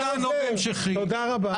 חבר הכנסת האוזר, תודה רבה.